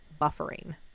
buffering